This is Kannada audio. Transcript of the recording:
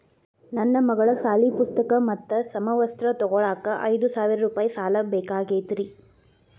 ನನ್ನ ಮಗಳ ಸಾಲಿ ಪುಸ್ತಕ್ ಮತ್ತ ಸಮವಸ್ತ್ರ ತೊಗೋಳಾಕ್ ಐದು ಸಾವಿರ ರೂಪಾಯಿ ಸಾಲ ಬೇಕಾಗೈತ್ರಿ